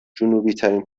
جنوبیترین